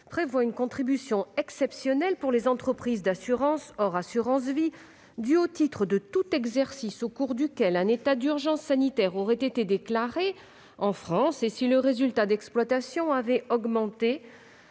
instaure une contribution exceptionnelle pour les entreprises d'assurances- hors assurance vie -due au titre de tout exercice au cours duquel un état d'urgence sanitaire a été déclaré en France et si le résultat d'exploitation a augmenté